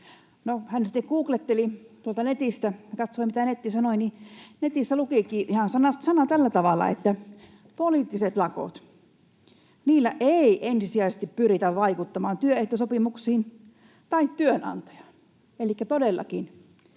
googletteli tuolta netistä, katsoi, mitä netti sanoi, niin netissä lukikin ihan sanasta sanaan tällä tavalla, että ”poliittiset lakot, niillä ei ensisijaisesti pyritä vaikuttamaan työehtosopimuksiin tai työnantajaan” — elikkä todellakin,